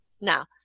now